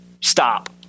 Stop